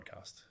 podcast